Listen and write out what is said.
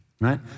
right